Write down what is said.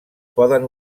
poden